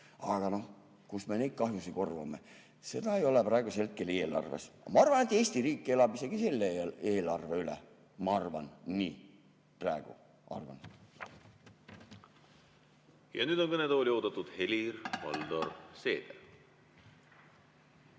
Aga noh, kust me neid kahjusid korvame? Seda ei ole praegu eelarves. Ma arvan, et Eesti riik elab isegi selle eelarve üle. Ma arvan nii. Praegu arvan. Nüüd on kõnetooli oodatud Helir-Valdor Seeder.